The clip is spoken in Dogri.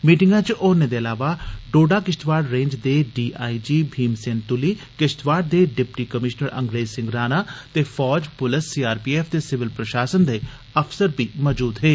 मीटिंगै च होरनें दे इलावा डोडा किश्तवाड़ रेंज दे D I G Meem Sen Tuli Kishtwar दे डिप्टी कमीश्नर अंग्रेज सिंह राणा ते फौज पुलस सी आर पी एफ ते सिविल प्रशासन दे अफसर बी मजूद हे